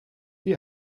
wie